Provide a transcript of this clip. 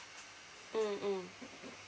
mm mm